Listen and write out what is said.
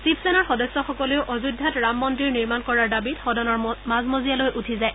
শিৱসেনাৰ সদস্যসকলেও অযোধ্যাত ৰাম নিৰ্মাণ কৰাৰ দাবীত সদনৰ মাজমজিয়ালৈ উঠি যায়